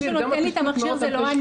מי שנותן לי את המכשיר זה לא אני.